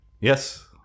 Yes